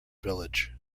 village